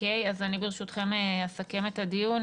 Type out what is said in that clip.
ברשותכם, אני אסכם את הדיון.